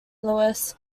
louis